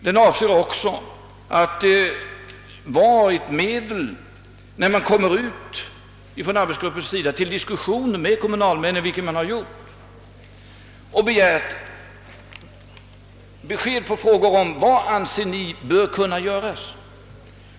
Den skall vara ett hjälpmedel när representanter för arbetsgruppen diskuterar med kommunalmän — vilket de har gjort — och begär besked om vad dessa anser böra göras.